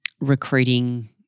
recruiting